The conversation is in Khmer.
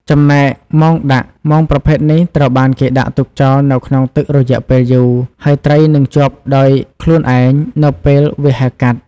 ចំណែកមងដាក់ មងប្រភេទនេះត្រូវបានគេដាក់ទុកចោលនៅក្នុងទឹកក្នុងរយៈពេលយូរ ហើយត្រីនឹងជាប់ដោយខ្លួនឯងនៅពេលវាហែលកាត់។